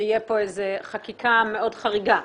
שתהיה פה חקיקה מאוד חריגה.